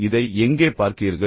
இதை எங்கே பார்க்கிறீர்கள்